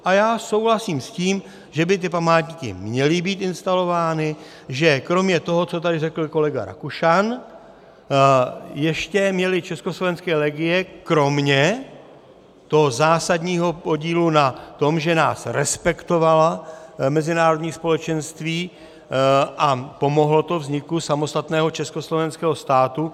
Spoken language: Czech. A já souhlasím s tím, že by ty památníky měly být instalovány, že kromě toho, co tady řekl kolega Rakušan, ještě měly československé legie kromě toho zásadního podílu na tom, že nás respektovala mezinárodní společenství a pomohlo to vzniku samostatného československého státu.